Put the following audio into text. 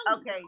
Okay